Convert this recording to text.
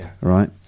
Right